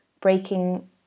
breaking